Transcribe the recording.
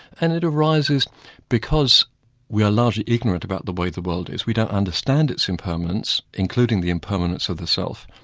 and it arises because we are largely ignorant about the way the world is. we don't understand its impermanence, including the impermanence of the self,